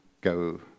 go